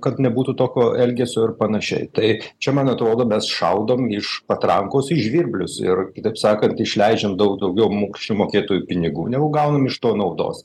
kad nebūtų tokio elgesio ir panašiai tai čia man atrodo mes šaudom iš patrankos į žvirblius ir kitaip sakant išleidžiam daug daugiau mokesčių mokėtojų pinigų negu gaunam iš to naudos